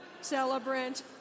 celebrant